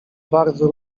bardzo